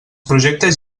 projectes